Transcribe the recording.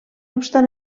obstant